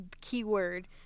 Keyword